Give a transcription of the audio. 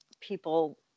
people